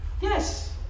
Yes